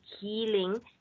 healing